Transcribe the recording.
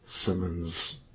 Simmons